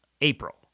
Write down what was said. April